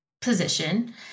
position